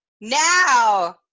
now